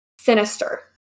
sinister